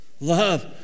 Love